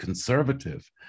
conservative